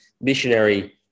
missionary